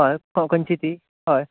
हय खंयची ती हय